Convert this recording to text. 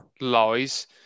lies